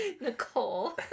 nicole